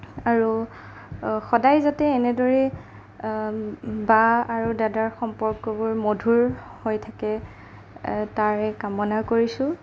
আৰু সদায় যাতে এনেদৰেই বা আৰু দাদাৰ সম্পৰ্কবোৰ মধুৰ হৈ থাকে তাৰে কামনা কৰিছোঁ